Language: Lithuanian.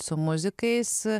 su muzikais